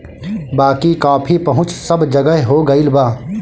बाकी कॉफ़ी पहुंच सब जगह हो गईल बा